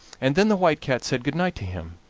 and then the white cat said good-night to him,